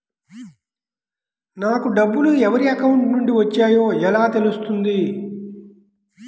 నాకు డబ్బులు ఎవరి అకౌంట్ నుండి వచ్చాయో ఎలా తెలుస్తుంది?